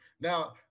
Now